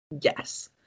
yes